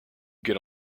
get